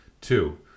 Two